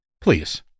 Please